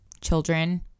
children